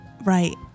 Right